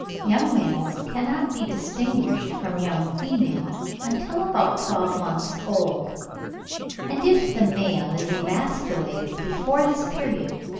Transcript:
young males cannot be distinguished from young females until about twelve months old and if the male is emasculated before this period,